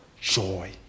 Joy